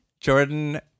jordan